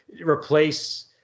replace